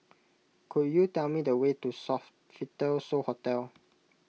could you tell me the way to Sofitel So Hotel